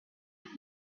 that